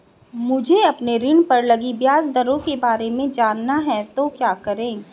मुझे अपने ऋण पर लगी ब्याज दरों के बारे में जानना है तो क्या करें?